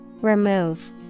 Remove